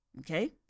Okay